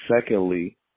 secondly